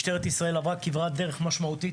משטרת ישראל עברה כברת דרך משמעותית.